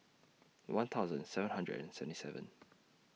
one thousand seven hundred and seventy seven